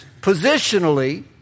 positionally